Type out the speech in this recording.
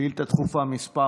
שאילתה דחופה מס'